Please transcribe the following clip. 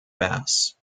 bass